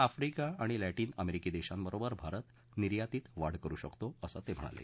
Africa आणि Latin अमेरिकी देशांबरोबर भारत निर्यातीत वाढ करु शकतो असं ते म्हणाले